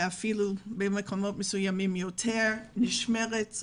ואפילו במקומות מסוימים היא גבוהה יותר ונשמרת.